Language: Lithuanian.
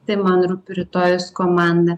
tai man rūpi rytojus komandą